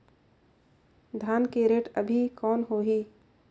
धान के रेट अभी कौन होही?